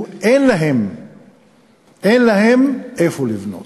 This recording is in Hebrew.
שאין להם איפה לבנות.